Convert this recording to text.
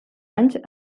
anys